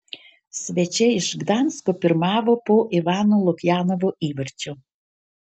svečiai iš gdansko pirmavo po ivano lukjanovo įvarčio